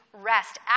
rest